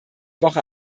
woche